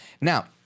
Now